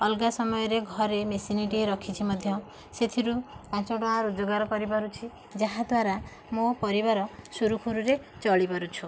ଅଲଗା ସମୟରେ ଘରେ ମେସିନ ଟିଏ ରଖିଛି ମଧ୍ୟ ସେଥିରୁ ପାଞ୍ଚ ଟଙ୍କା ରୋଜଗାର କରିପାରୁଛି ଯାହାଦ୍ୱାରା ମୋ' ପରିବାର ସୁରୁଖୁରୁରେ ଚଳି ପାରୁଛୁ